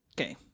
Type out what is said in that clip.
Okay